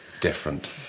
different